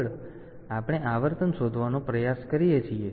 આગળ તેથી આપણે આવર્તન શોધવાનો પ્રયાસ કરીએ છીએ